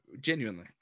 genuinely